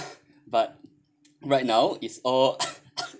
but right now is all